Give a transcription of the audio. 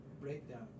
breakdown